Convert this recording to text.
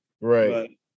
Right